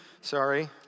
sorry